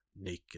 naked